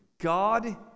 God